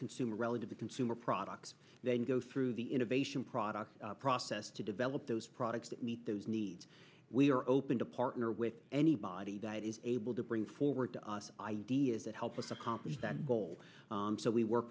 consumer relative to consumer products then go through the innovation product process to develop those products to meet those needs we are open to partner with anybody that is able to bring forward ideas that help us accomplish that goal so we work